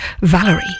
Valerie